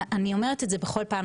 אני אומרת את זה בכל מקום,